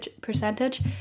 percentage